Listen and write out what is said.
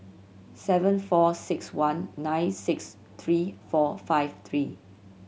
seven four six one nine six three four five three